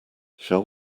shall